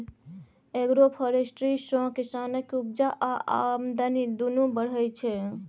agroforestry सँ किसानक उपजा आ आमदनी दुनु बढ़य छै